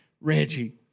Reggie